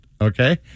okay